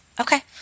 Okay